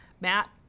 Matt